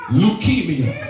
leukemia